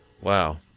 Wow